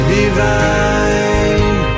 divine